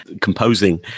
composing